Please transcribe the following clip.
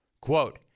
Quote